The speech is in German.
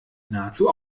nahezu